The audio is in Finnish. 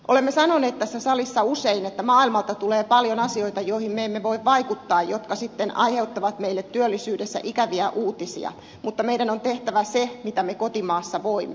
olemme sanoneet tässä salissa usein että maailmalta tulee paljon asioita joihin me emme voi vaikuttaa jotka sitten aiheuttavat meille työllisyydessä ikäviä uutisia mutta meidän on tehtävä se mitä me kotimaassa voimme